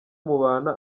mubana